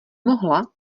mohla